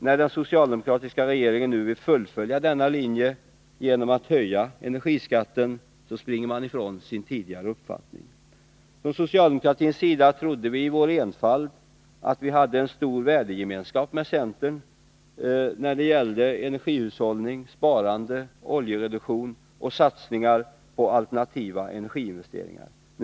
När den socialdemokratiska regeringen nu vill fullfölja denna linje genom att höja energiskatten springer man ifrån sin tidigare uppfattning. Från socialdemokratin trodde vi i vår enfald att vi har en stor värdegemenskap med centern när det gäller energihushållning, sparande, oljereduktion och satsningar på alternativa energiinvesteringar.